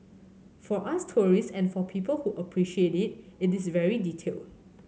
for us tourists and for people who appreciate it it is very detailed